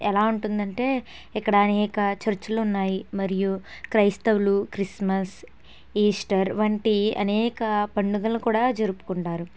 ఎలా ఉంటుందంటే ఇక్కడ అనేక చర్చలున్నాయి మరియు క్రైస్తవులు క్రిస్మస్ ఈస్టర్ వంటి అనేక పండుగలు కూడా జరుపుకుంటారు